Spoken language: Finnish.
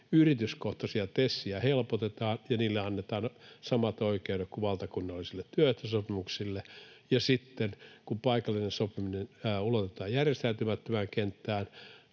yrityskohtaisia TESejä helpotetaan ja niille annetaan samat oikeudet kuin valtakunnallisille työehtosopimuksille, ja toinen, että kun paikallinen sopiminen ulotetaan järjestäytymättömään kenttään,